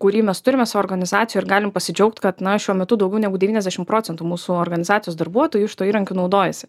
kurį mes turime su organizacija ir galim pasidžiaugt kad na šiuo metu daugiau negu devyniasdešim procentų mūsų organizacijos darbuotojų šituo įrankiu naudojasi